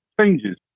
changes